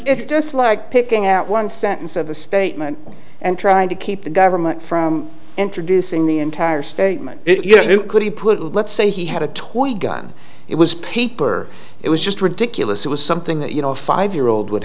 if just like picking out one sentence of a statement and trying to keep the government from introducing the entire statement it could be put let's say he had a toy gun it was paper it was just ridiculous it was something that you know a five year old would